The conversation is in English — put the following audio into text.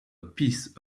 piece